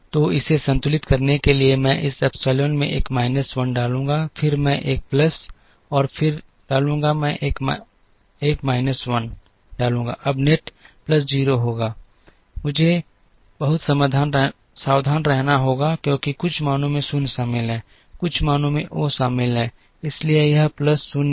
तो इसे संतुलित करने के लिए मैं इस एप्सिलॉन में एक माइनस 1 डालूंगा फिर मैं एक प्लस 1 और फिर डालूंगा मैं एक माइनस 1 डालूंगा अब नेट प्लस 0 होगा यहां मुझे बहुत सावधान रहना होगा क्योंकि कुछ मानों में 0 शामिल हैं कुछ मानों में ओ शामिल है इसलिए यह प्लस 0 है